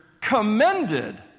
commended